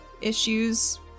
issues